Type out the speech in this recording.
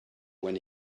when